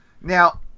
Now